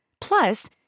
Plus